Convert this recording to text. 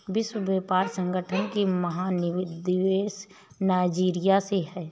विश्व व्यापार संगठन की महानिदेशक नाइजीरिया से है